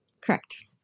Correct